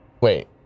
Wait